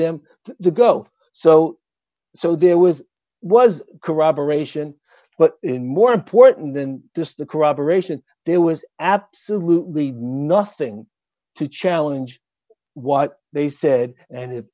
them to go so so there was was corroboration but more important than just the corroboration there was absolutely nothing to challenge what they said and if